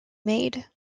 made